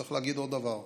צריך להגיד עוד דבר: